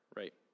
right